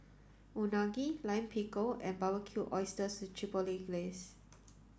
Unagi Lime Pickle and Barbecued Oysters with Chipotle Glaze